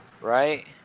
right